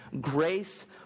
grace